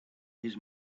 his